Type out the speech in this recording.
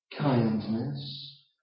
kindness